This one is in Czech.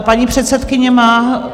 Paní předsedkyně má...